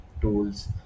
tools